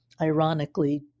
ironically